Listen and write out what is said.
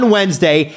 Wednesday